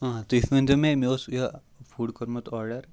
آ تُہۍ ؤنۍتو مےٚ مےٚ اوس یہِ فُڈ کوٚرمُت آرڈر